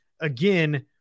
again